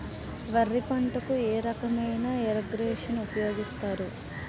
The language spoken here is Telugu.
వరి పంటకు ఏ రకమైన ఇరగేషన్ ఉపయోగిస్తారు?